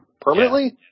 permanently